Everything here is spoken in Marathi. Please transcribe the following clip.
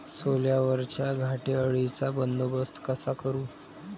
सोल्यावरच्या घाटे अळीचा बंदोबस्त कसा करू?